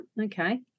Okay